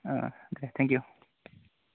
Day thank U